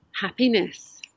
happiness